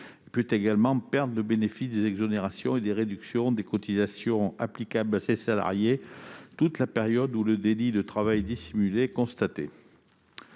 Il peut également perdre le bénéfice des exonérations et des réductions de cotisations applicables à ses salariés sur toute la période où le délit de travail dissimulé du sous-traitant